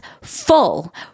full